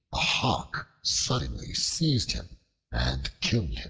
a hawk suddenly seized him and killed